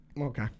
Okay